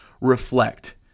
reflect